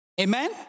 Amen